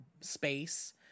space